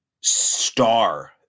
star